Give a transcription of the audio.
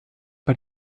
bei